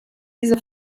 diese